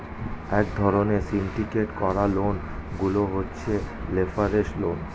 এক ধরণের সিন্ডিকেট করা লোন গুলো হচ্ছে লেভারেজ লোন